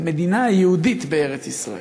המדינה היהודית בארץ-ישראל.